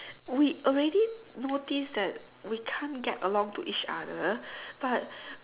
we already notice that we can't get along to each other but